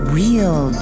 real